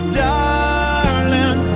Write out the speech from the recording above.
darling